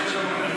איתי.